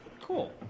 Cool